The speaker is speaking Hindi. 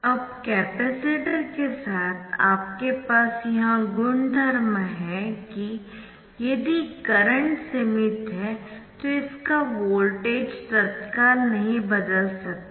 अब कैपेसिटर के साथ आपके पास यह गुणधर्म है कि यदि करंट सीमित है तो इसका वोल्टेज तत्काल नहीं बदल सकता है